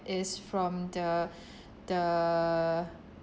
is from the the